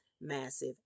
massive